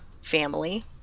family